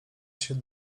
się